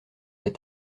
les